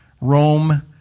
Rome